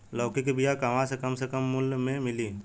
लौकी के बिया कहवा से कम से कम मूल्य मे मिली?